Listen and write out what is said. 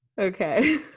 okay